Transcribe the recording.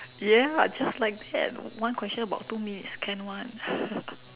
ya just like that one question about two minutes can [one]